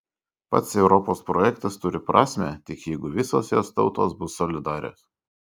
pats europos projektas turi prasmę tik jeigu visos jos tautos bus solidarios